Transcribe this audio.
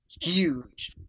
huge